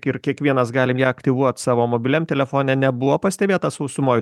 ir kiekvienas galim ją aktyvuot savo mobiliam telefone nebuvo pastebėta sausumoj